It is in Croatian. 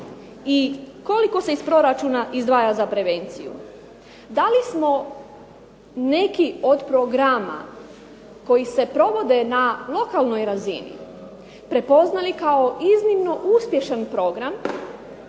i koliko se iz proračuna izdvaja za prevenciju? Da li smo neki od programa koji se provode na lokalnoj razini prepoznali kao iznimno uspješan program